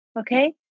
Okay